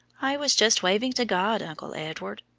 i was just waving to god, uncle edward.